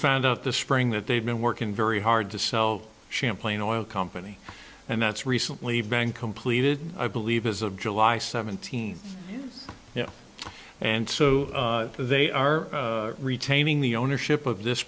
found out the spring that they've been working very hard to sell champlain oil company and that's recently bank completed i believe as of july seventeenth now and so they are retaining the ownership of this